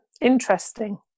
Interesting